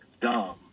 dumb